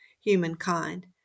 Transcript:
humankind